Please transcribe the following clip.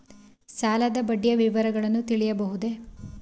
ಸಾಲದ ಬಡ್ಡಿಯ ವಿವರಗಳನ್ನು ತಿಳಿಯಬಹುದೇ?